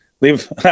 leave